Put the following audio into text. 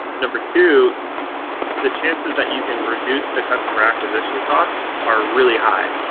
number two the chances that you can reduce the customer acquisition costs are really high.